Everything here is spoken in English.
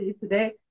today